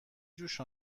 جوش